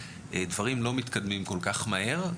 דברים לא מתקדמים כל כך מהר,